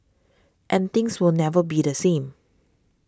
and things will never be the same